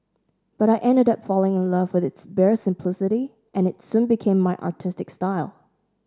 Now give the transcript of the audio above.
but I ended up falling in love with its bare simplicity and it soon became my artistic style